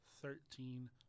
thirteen